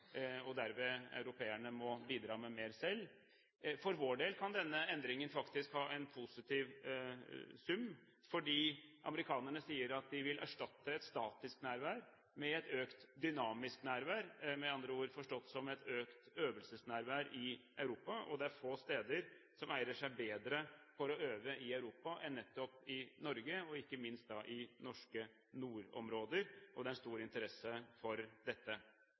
europeerne derved må bidra med mer selv. For vår del kan denne endringen faktisk ha en positiv sum, fordi amerikanerne sier at de vil erstatte et statisk nærvær med et økt dynamisk nærvær – med andre ord forstått som et økt øvelsesnærvær i Europa. Få steder i Europa egner seg bedre til å øve enn nettopp i Norge, ikke minst i norske nordområder, og det er en stor interesse for dette.